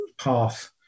path